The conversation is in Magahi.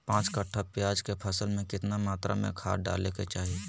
पांच कट्ठा प्याज के फसल में कितना मात्रा में खाद डाले के चाही?